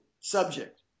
subject